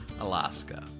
Alaska